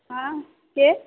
हँ के